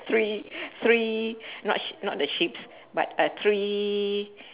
three three not sh~ not the sheeps but uh three